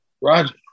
Roger